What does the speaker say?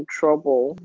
trouble